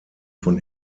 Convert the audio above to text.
von